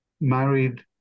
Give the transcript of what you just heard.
married